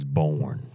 born